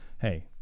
hey